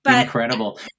Incredible